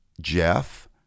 Jeff